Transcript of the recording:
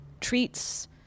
treats